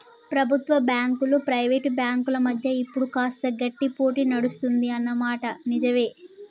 ప్రభుత్వ బ్యాంకులు ప్రైవేట్ బ్యాంకుల మధ్య ఇప్పుడు కాస్త గట్టి పోటీ నడుస్తుంది అన్న మాట నిజవే